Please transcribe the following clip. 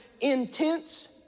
intense